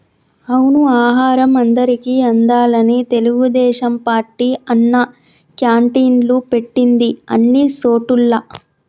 అవును ఆహారం అందరికి అందాలని తెలుగుదేశం పార్టీ అన్నా క్యాంటీన్లు పెట్టింది అన్ని సోటుల్లా